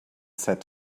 said